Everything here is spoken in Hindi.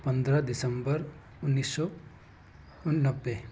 पंद्रह दिसम्बर उन्नीस सौ उन नब्बे